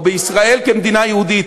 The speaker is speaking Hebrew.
או בישראל כמדינה יהודית.